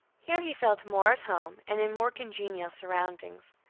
here he felt more at home and in more congenial surroundings.